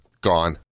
Gone